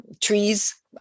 trees